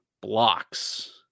blocks